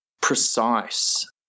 precise